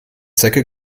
zecke